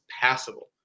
passable